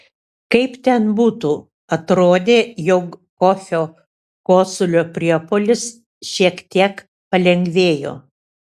kaip ten būtų atrodė jog kofio kosulio priepuolis šiek tiek palengvėjo